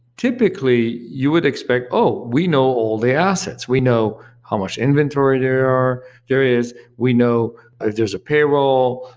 typically you would expect, oh, we know all the assets. we know how much inventory there are, there is. we know if there's a payroll.